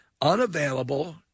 unavailable